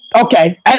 Okay